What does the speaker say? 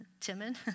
Timon